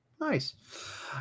nice